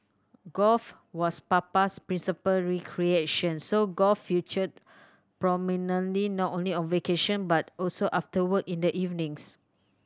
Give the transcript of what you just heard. golf was Papa's principal recreation so golf featured prominently not only on vacation but also after work in the evenings